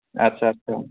आदसा आदसा